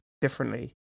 differently